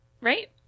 right